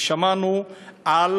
ושמענו על